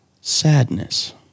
Sadness